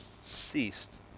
ceased